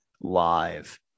live